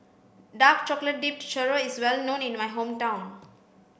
dark chocolate dipped churro is well known in my hometown